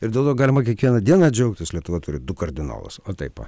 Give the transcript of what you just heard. ir dėl to galima kiekvieną dieną džiaugtis lietuva turi du kardinolas o taip